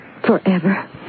forever